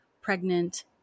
pregnant